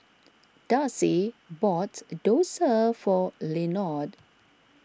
Darci bought Dosa for Lenord